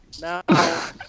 Now